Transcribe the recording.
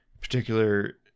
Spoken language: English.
particular